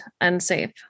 unsafe